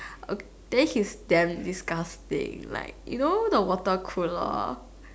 then he's damn disgusting like you know the water cooler